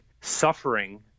suffering